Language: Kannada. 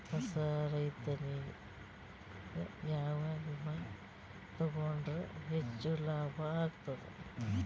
ಹೊಸಾ ರೈತನಿಗೆ ಯಾವ ವಿಮಾ ತೊಗೊಂಡರ ಹೆಚ್ಚು ಲಾಭ ಆಗತದ?